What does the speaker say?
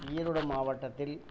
ஈரோடு மாவட்டத்தில்